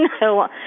No